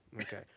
Okay